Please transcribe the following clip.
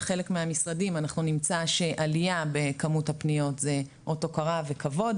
בחלק מהמשרדים אנחנו נמצא שעליה בכמות הפניות זה אות הוקרה וכבוד,